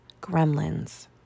gremlins